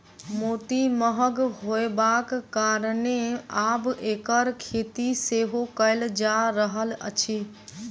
मोती महग होयबाक कारणेँ आब एकर खेती सेहो कयल जा रहल अछि